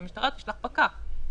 והמשטרה תשלח פקח.